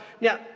Now